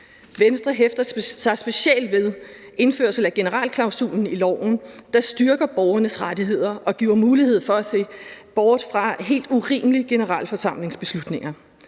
Venstre hæfter sig specielt ved indførelse af generalklausulen i loven, der styrker borgernes rettigheder og giver mulighed for at se bort fra helt urimelige generalforsamlingsbeslutninger,